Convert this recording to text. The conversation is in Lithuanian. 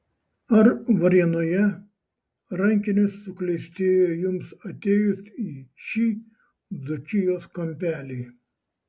ar varėnoje rankinis suklestėjo jums atėjus į šį dzūkijos kampelį